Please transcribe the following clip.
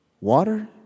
Water